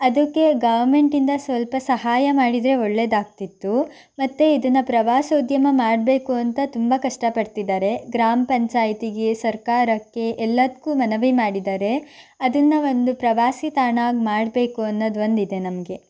ಅದಕ್ಕೆ ಗವರ್ಮೆಂಟಿಂದ ಸ್ವಲ್ಪ ಸಹಾಯ ಮಾಡಿದರೆ ಒಳ್ಳೆದಾಗ್ತಿತ್ತು ಮತ್ತು ಇದನ್ನು ಪ್ರವಾಸೋದ್ಯಮ ಮಾಡಬೇಕು ಅಂತ ತುಂಬ ಕಷ್ಟಪಡ್ತಿದ್ದಾರೆ ಗ್ರಾಮ ಪಂಚಾಯಿತಿಗೆ ಸರ್ಕಾರಕ್ಕೆ ಎಲ್ಲದಕ್ಕೂ ಮನವಿ ಮಾಡಿದ್ದಾರೆ ಅದನ್ನು ಒಂದು ಪ್ರವಾಸಿ ತಾಣ ಆಗಿ ಮಾಡಬೇಕು ಅನ್ನೋದ್ವಂದಿದೆ ನಮಗೆ